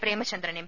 Premachandran M